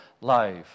life